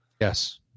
Yes